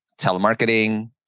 Telemarketing